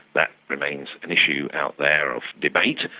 that remains an issue out there of debate.